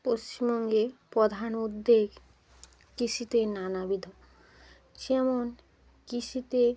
পশ্চিমবঙ্গে প্রধান উদ্বেগ কৃষিতেই নানাবিধ যেমন কৃষিতে